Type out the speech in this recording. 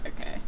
okay